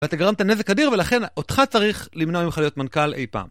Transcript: ואתה גרמת נזק אדיר, ולכן אותך צריך למנוע ממך להיות מנכ'ל אי פעם.